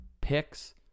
picks